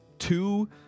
Two